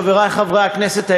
חברי חברי הכנסת,